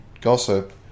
gossip